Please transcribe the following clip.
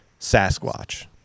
Sasquatch